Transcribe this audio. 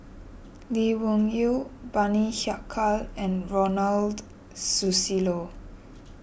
Lee Wung Yew Bani Haykal and Ronald Susilo